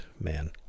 man